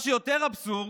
מה שיותר אבסורד,